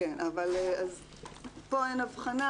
אז פה אין הבחנה,